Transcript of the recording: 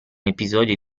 episodio